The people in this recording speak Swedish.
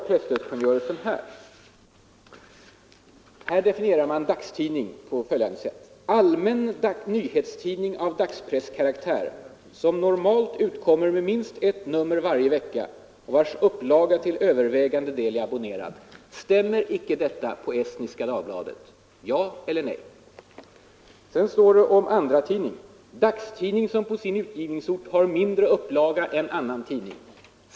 I kungörelsen 13 8 definieras dagstidning på följande sätt: ”allmän nyhetstidning av dagspresskaraktär, som normalt utkommer med minst ett nummer varje vecka och vars upplaga i huvudsak är abonnerad”. Stämmer inte detta på Estniska Dagbladet? Ja eller nej, Olle Svensson! Om andratidning står det: ”dagstidning som på sin utgivningsort har mindre upplaga än annan tidning”.